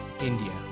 India